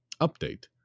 Update